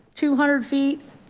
two hundred feet.